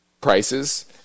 prices